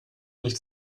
nicht